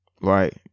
right